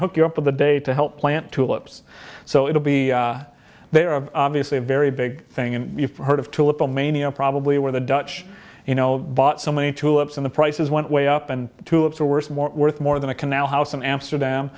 hook you up with a day to help plant tulips so it'll be they are obviously a very big thing and you've heard of tulip mania probably where the dutch you know bought so many tulips and the prices went way up and to up to worst more worth more than a canal house in amsterdam